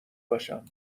باشم